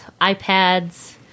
iPads